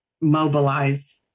mobilize